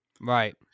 Right